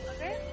Okay